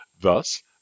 Thus